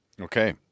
Okay